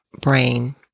brain